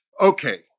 Okay